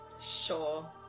Sure